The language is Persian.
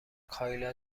کایلا